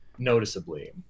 noticeably